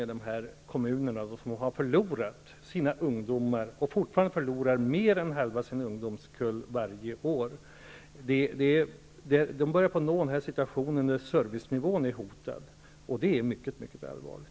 De här kommunerna, som har förlorat sina ungdomar och som fortfarande förlorar mer än halva sina ungdomskullar varje år, börjar nu nå den situationen där servicen hotas, och det är mycket allvarligt.